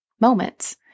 Moments